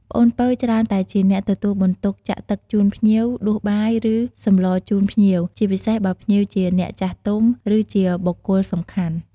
ប្អូនពៅច្រើនតែជាអ្នកទទួលបន្ទុកចាក់ទឹកជូនភ្ញៀវ ដួសបាយ ឬសម្លរជូនភ្ញៀវ ជាពិសេសបើភ្ញៀវជាអ្នកចាស់ទុំ ឬ ជាបុគ្គលសំខាន់។